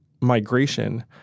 migration